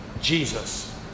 Jesus